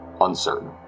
uncertain